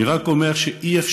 אני רק אומר שאי-אפשר,